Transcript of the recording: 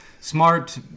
smart